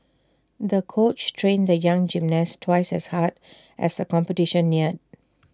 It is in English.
the coach trained the young gymnast twice as hard as the competition neared